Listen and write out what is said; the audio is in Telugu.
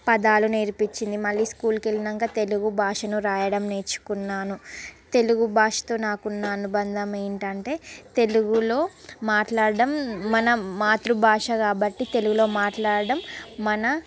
పదాలు నేర్పించింది మళ్ళీ స్కూల్కి వెళ్ళినాకా తెలుగు భాషను వ్రాయడం నేర్చుకున్నాను తెలుగు భాషతో నాకు ఉన్న అనుబంధం ఏంటంటే తెలుగులో మాట్లాడడం మనం మాతృభాష కాబట్టి తెలుగులో మాట్లాడడం మన